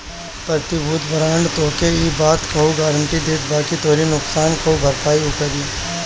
प्रतिभूति बांड तोहके इ बात कअ गारंटी देत बाकि तोहरी नुकसान कअ भरपाई उ करी